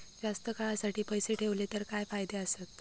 जास्त काळासाठी पैसे ठेवले तर काय फायदे आसत?